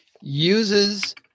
uses